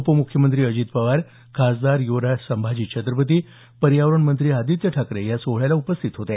उपमुख्यमंत्री अजित पवार खासदार युवराज संभाजी छत्रपती पर्यावरण मंत्री आदित्य ठाकरे या सोहळ्याला उपस्थित होते